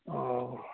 ہاں